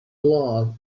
love